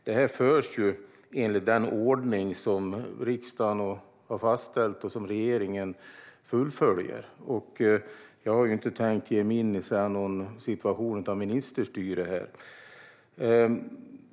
Detta görs enligt den ordning som riksdagen har fastställt och som regeringen fullföljer. Jag har inte tänkt ge mig in i någon situation av ministerstyre här.